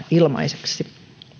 ilmaiseksi